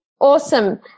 Awesome